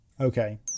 okay